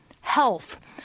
health